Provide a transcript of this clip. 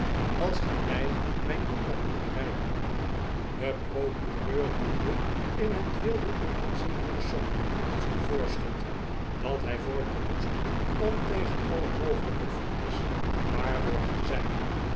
als gij mij mijn doel maar doet bereiken de procureur noemde in het wilde een aanzienlijke som als een voorschot dat hij vorderen moest om tegen alle mogelijke verlies gewaarborgd te zijn